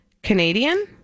Canadian